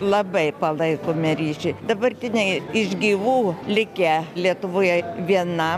labai palaikome ryšį dabartiniai iš gyvų likę lietuvoje viena